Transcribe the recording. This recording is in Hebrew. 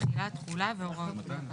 תחילה, תכולה והוראות.